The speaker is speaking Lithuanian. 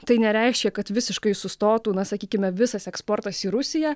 tai nereiškia kad visiškai sustotų na sakykime visas eksportas į rusiją